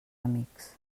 amics